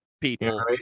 People